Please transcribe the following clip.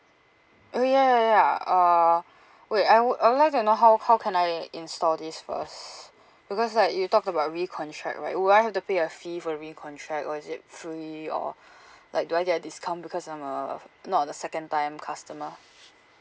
oh ya ya ya uh wait I wou~ I would like to know how how can I install this first because like you talked about recontract right would I have to pay a fee for recontract or is it free or like do I get a discount because I'm a not a second time customer